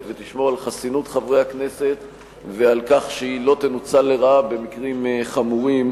ותשמור על חסינות חברי הכנסת ועל כך שהיא לא תנוצל לרעה במקרים חמורים,